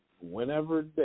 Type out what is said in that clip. whenever